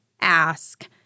ask